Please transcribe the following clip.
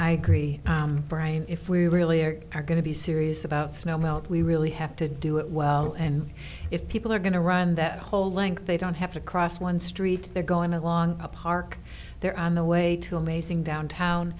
i agree brian if we really are going to be serious about snow melt we really have to do it well and if people are going to run that whole length they don't have to cross one street they're going along a park they're on the way to amazing downtown